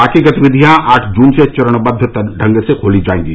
बाकी गतिविधियां आठ जून से चरणबद्ध ढंग से खोली जाएंगी